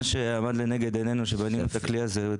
שעמד לנגד עינינו כשבנינו את הכלי הזה.